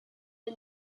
the